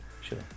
Sure